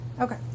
Okay